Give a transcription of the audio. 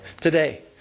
Today